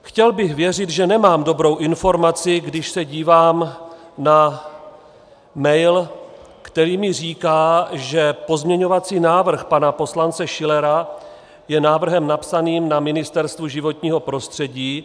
Chtěl bych věřit, že nemám dobrou informaci, když se dívám na mail, který mi říká, že pozměňovací návrh pana poslance Schillera je návrhem napsaným na Ministerstvu životního prostředí.